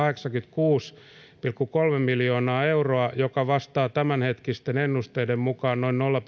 kahdeksansataakahdeksankymmentäkuusi pilkku kolme miljoonaa euroa mikä vastaa tämänhetkisten ennusteiden mukaan noin nolla